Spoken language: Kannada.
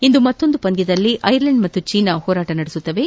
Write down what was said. ಇಂದು ಮತ್ತೊಂದು ಪಂದ್ಯದಲ್ಲಿ ಐರ್ಲೆಂಡ್ ಮತ್ತು ಚೀನಾ ಹೋರಾಟ ನಡೆಸಲಿವೆ